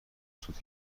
سود